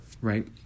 right